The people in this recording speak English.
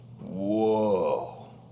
whoa